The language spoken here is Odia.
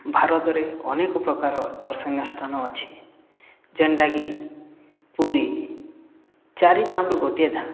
ଭାରତରେ ଅନେକ ପ୍ରକାର ଦର୍ଶନୀୟ ସ୍ଥାନ ଅଛି ଯେନ୍ଟାକି ପୁରୀ ଚାରିଧାମ୍ରୁ ଗୋଟିଏ ଧାମ୍